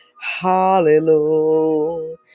Hallelujah